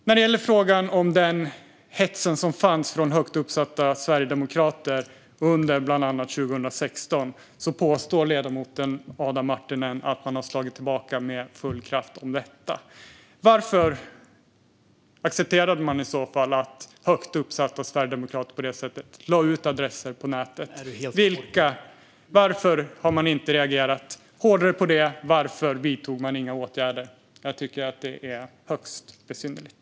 När det gäller frågan om den hets som fanns från högt uppsatta sverigedemokrater bland annat under 2016 påstår ledamoten Adam Marttinen att man har slagit tillbaka mot detta med full kraft. Varför accepterade man i så fall att högt uppsatta sverigedemokrater lade ut adresser på nätet? Varför har man inte reagerat hårdare på det? Varför vidtog man inga åtgärder? Jag tycker att det är högst besynnerligt.